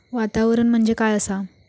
वातावरण म्हणजे काय असा?